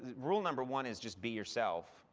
rule number one is just be yourself.